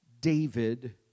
David